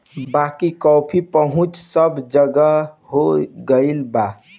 बाकी कॉफ़ी पहुंच सब जगह हो गईल बा